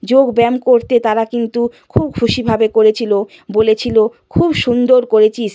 যোগব্যায়াম করতে তারা কিন্তু খুব খুশিভাবে করেছিল বলেছিল খুব সুন্দর করেছিস